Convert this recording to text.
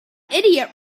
idiot